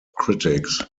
critics